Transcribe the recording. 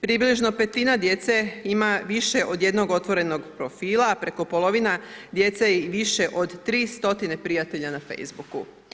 Približno petina djece ima više od jednog otvorenog profila, a preko polovina djece i više od 300 prijatelja na Facebooku.